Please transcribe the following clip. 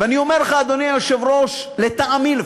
ואני אומר לך, אדוני היושב-ראש, לטעמי לפחות,